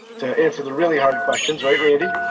to answer the really hard questions, right randy.